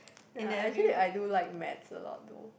ya I actually I do like Maths a lot though